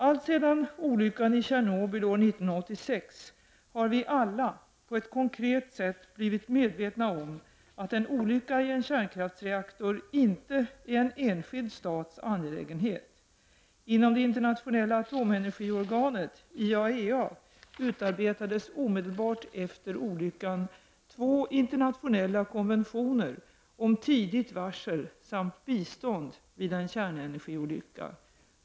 Allt sedan olyckan i Tjernobyl år 1986 har vi alla på ett konkret sätt blivit medvetna om att en olycka i en kärnkraftsreaktor inte är en enskild stats angelägenhet. Inom det Internationella atomenergiorganet, IAEA, utarbetades omedelbart efter olyckan två internationella konventioner om tidigt varsel samt bistånd vid en kärnenergiolycka.